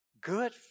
Good